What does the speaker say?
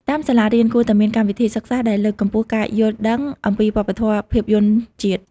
តាមសាលារៀន គួរតែមានកម្មវិធីសិក្សាដែលលើកកម្ពស់ការយល់ដឹងអំពីវប្បធម៌ភាពយន្តជាតិ។